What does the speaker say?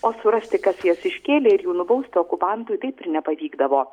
o surasti kas jas iškėlė ir jų nubausti okupantui taip ir nepavykdavo